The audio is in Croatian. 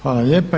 Hvala lijepa.